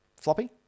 floppy